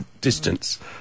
distance